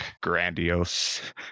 grandiose